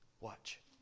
watch